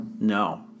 no